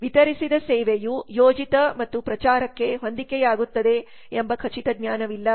ವಿತರಿಸಿದ ಸೇವೆಯು ಯೋಜಿತ ಮತ್ತು ಪ್ರಚಾರಕ್ಕೆ ಹೊಂದಿಕೆಯಾಗುತ್ತದೆ ಎಂಬ ಖಚಿತ ಜ್ಞಾನವಿಲ್ಲ